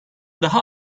daha